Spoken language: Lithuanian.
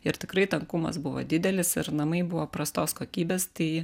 ir tikrai tankumas buvo didelis ir namai buvo prastos kokybės tai